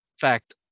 fact